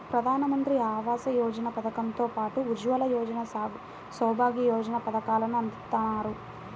ప్రధానమంత్రి ఆవాస యోజన పథకం తో పాటు ఉజ్వల యోజన, సౌభాగ్య యోజన పథకాలను అందిత్తన్నారు